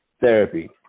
Therapy